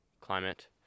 climate